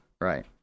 right